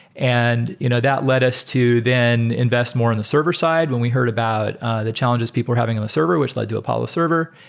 and you know that led us to then invest more in the server side when we heard about the challenges people are having on the server, which led to apollo server.